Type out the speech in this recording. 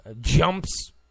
jumps